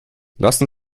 lassen